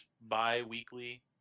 bi-weekly